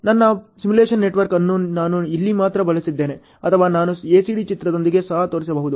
ನನ್ನ simulation network ಅನ್ನು ನಾನು ಇಲ್ಲಿ ಮಾತ್ರ ಬಳಸಲಿದ್ದೇನೆ ಅಥವಾ ನಾನು ACD ರೇಖಾಚಿತ್ರದೊಂದಿಗೆ ಸಹ ತೋರಿಸಬಹುದು